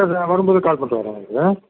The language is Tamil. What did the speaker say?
சார் வரும் போது கால் பண்ணிட்டு வரேங்க சார்